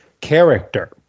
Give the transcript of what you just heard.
character